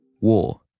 war